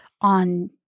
on